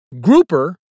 grouper